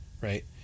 right